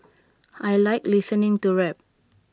I Like listening to rap